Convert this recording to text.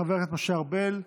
חבר הכנסת משה ארבל,